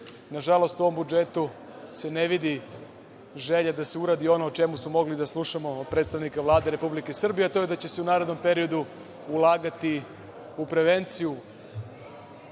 Nažalost, u ovom budžetu se ne vidi želja da se uradi ono o čemu smo mogli da slušamo od predstavnika Vlade Republike Srbije, a to je da će se u narednom periodu ulagati u prevenciju